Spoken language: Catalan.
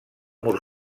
mur